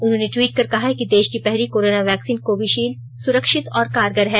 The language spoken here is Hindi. उन्होंने ट्वीट कर कहा कि देश की पहली कोरोना वैक्सीन कोविशील्ड सुरक्षित और कारगर है